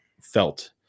felt